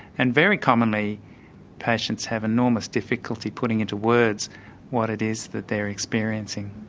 and very commonly patients have enormous difficulty putting into words what it is that they're experiencing.